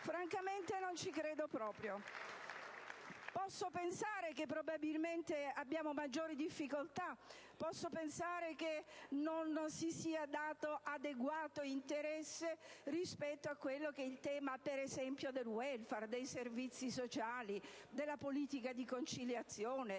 Francamente non ci credo proprio. Posso pensare che probabilmente abbiamo maggiori difficoltà, che non sia stata data adeguata attenzione al tema, per esempio, del *welfare*, dei servizi sociali, della politica di conciliazione,